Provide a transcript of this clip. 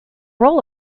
role